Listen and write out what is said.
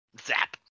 Zap